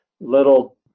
little